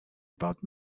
about